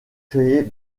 créer